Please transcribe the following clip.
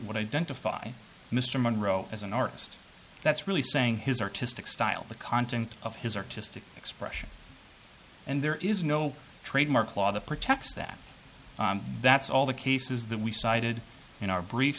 what identify mr monroe as an artist that's really saying his artistic style the content of his artistic expression and there is no trademark law that protects that that's all the cases that we cited in our brief